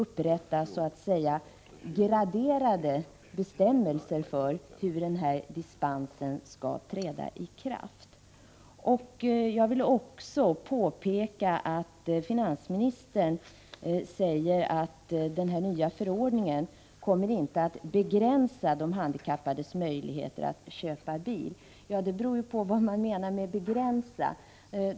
Eller kommer det att upprättas graderade bestämmelser för när dispensen skall träda i kraft? Finansministern säger också i svaret att den nya förordningen inte kommer att ”begränsa de handikappades möjligheter att köpa bil”. Vad menas då med ”begränsa”?